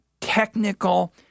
technical